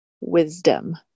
wisdom